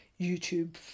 YouTube